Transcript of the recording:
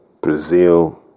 Brazil